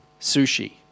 sushi